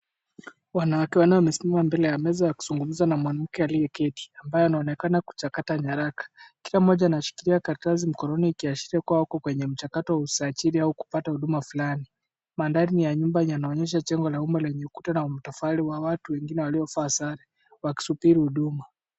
Wanawake wanne wamesimama mbele ya meza wakizungumza na mwanamke aliyeketi, ambaye anaonekana kuchakata nyaraka. Kila mmoja anashikilia karatasi mkononi, ikiashiria kuwa wako kwenye mchakato wa usajili au kupata huduma fulani. Mandari ya nyumba yanayoonyesha jengo la umma lenye ukuta na matofali wa watu wengine waliovaa sare, wakisubiri huduma.